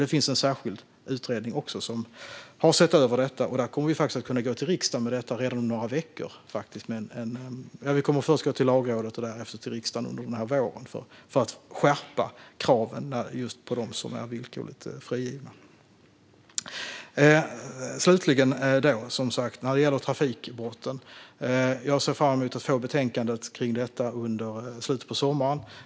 Det finns en särskild utredning som har sett över detta, och vi kommer att först gå till Lagrådet och därefter till riksdagen under våren med detta för att skärpa kraven på dem som är villkorligt frigivna. Slutligen: När det gäller trafikbrotten ser jag fram emot att få betänkandet under slutet av sommaren.